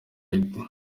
bwite